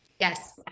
Yes